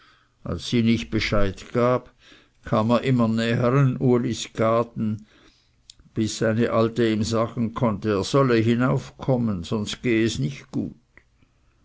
als die nicht bescheid gab kam er immer näher an ulis gaden bis seine alte ihm sagen konnte er solle hinaufkommen sonst gehe es nicht gut